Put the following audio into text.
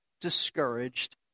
discouraged